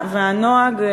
והנוהג,